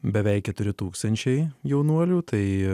beveik keturi tūkstančiai jaunuolių tai